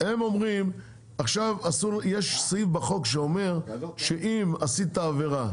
עכשיו יש סעיף בחוק שאומר שאם עשית עבירה,